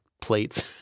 plates